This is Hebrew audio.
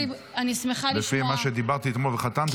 לפי מה שדיברתי אתמול וחתמתי.